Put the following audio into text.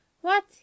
What